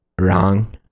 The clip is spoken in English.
Wrong